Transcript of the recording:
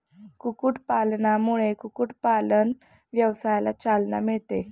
कुक्कुटपालनामुळे कुक्कुटपालन व्यवसायाला चालना मिळते